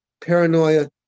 paranoia